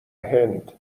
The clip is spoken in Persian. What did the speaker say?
هند